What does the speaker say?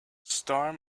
storm